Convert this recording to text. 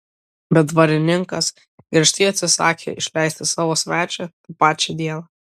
bet dvarininkas griežtai atsisakė išleisti savo svečią tą pačią dieną